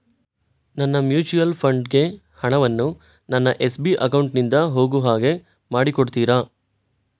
ನನ್ನ mutual fund ಗೆ ಹಣ ವನ್ನು ನನ್ನ ಎಸ್.ಬಿ ಅಕೌಂಟ್ ನಿಂದ ಹೋಗು ಹಾಗೆ ಮಾಡಿಕೊಡುತ್ತೀರಾ?